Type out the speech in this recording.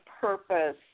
purpose